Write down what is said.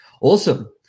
Awesome